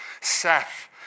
Seth